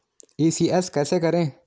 ECS कैसे करें?